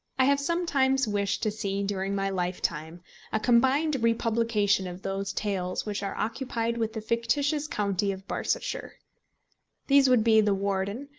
i have sometimes wished to see during my lifetime a combined republication of those tales which are occupied with the fictitious county of barsetshire. these would be the warden,